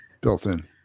built-in